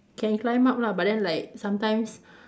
can climb up lah but then like sometimes